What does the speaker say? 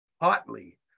hotly